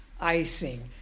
icing